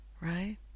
right